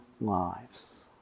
lives